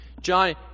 John